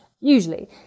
usually